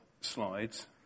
slides